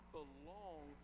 belong